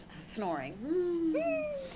snoring